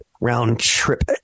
Round-trip